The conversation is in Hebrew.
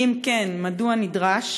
2. אם כן, מדוע נדרש